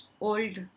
old